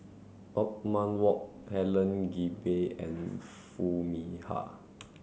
Othman Wok Helen Gilbey and Foo Mee Har